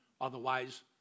Otherwise